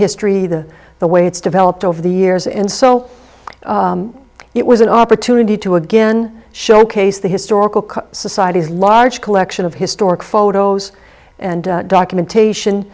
history the the way it's developed over the years and so it was an opportunity to again showcase the historical societies large collection of historic photos and documentation